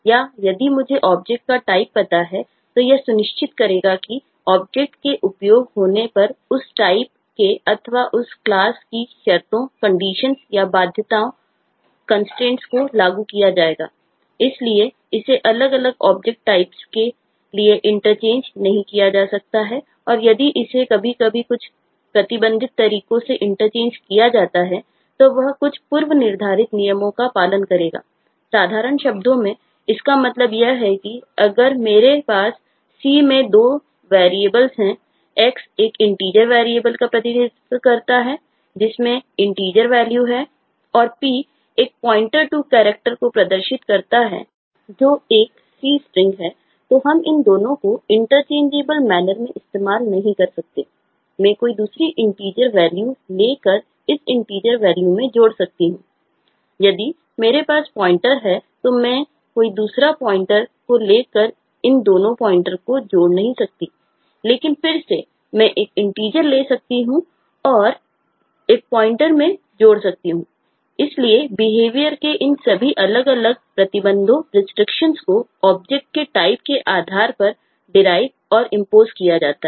और p एक pointer to character किया जाता है